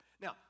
Now